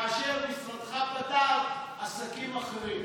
כאשר משרדך פטר עסקים אחרים.